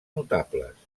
notables